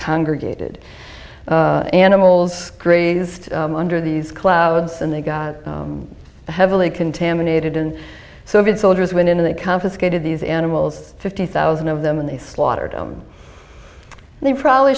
congregated animals grazed under these clouds and they got heavily contaminated and soviet soldiers went in they confiscated these animals fifty thousand of them and they slaughtered them and they probably